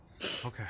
Okay